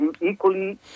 equally